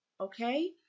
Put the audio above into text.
Okay